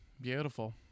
beautiful